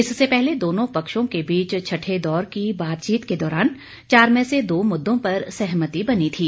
इससे पहले दोनों पक्षों के बीच छठे दौर की बातचीत के दौरान चार में से दो मुद्दों पर सहमति बनी थी